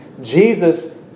Jesus